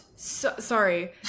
Sorry